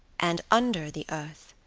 and under the earth,